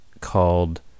called